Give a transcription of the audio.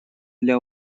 для